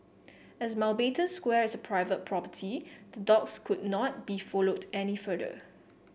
as Mountbatten Square is private property the dogs could not be followed any further